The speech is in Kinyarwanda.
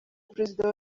perezida